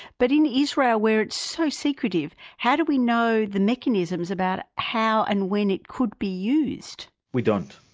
but in israel where it's so secretive, how do we know the mechanisms about how and when it could be used? we don't.